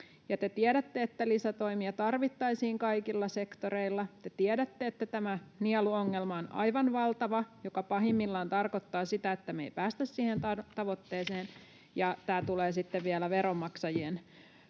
tiedätte, että lisätoimia tarvittaisiin kaikilla sektoreilla. Te tiedätte, että tämä nieluongelma on aivan valtava ja se pahimmillaan tarkoittaa sitä, että me ei päästä siihen tavoitteeseen ja tämä tulee sitten vielä veronmaksajien